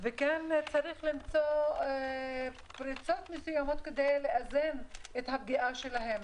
וצריך למצוא פרצות מסוימות כדי לאזן את הפגיעה שלהם.